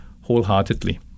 wholeheartedly